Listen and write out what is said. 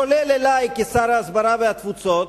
כולל אלי כשר ההסברה והתפוצות,